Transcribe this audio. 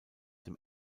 dem